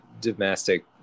domestic